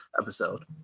episode